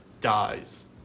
dies